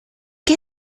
qué